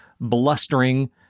blustering